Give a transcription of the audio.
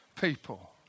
people